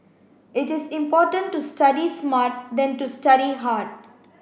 it is important to study smart than to study hard